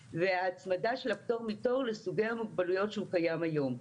וההצמדה של הפטור מתור לסוגי המוגבלות שהוא קיים היום.